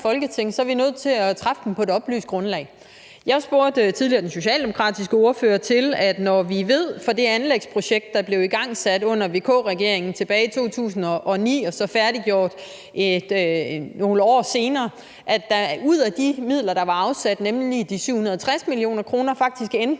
Folketing, er nødt til at træffe dem på et oplyst grundlag. Jeg spurgte tidligere den socialdemokratiske ordfører til det, at vi ved fra det anlægsprojekt, der blev igangsat under VK-regeringen tilbage i 2009 og færdiggjort nogle år senere, at det ud af de midler, der var afsat, nemlig de 760 mio. kr., faktisk endte